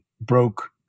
broke